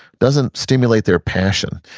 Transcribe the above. doesn't stimulate their passion.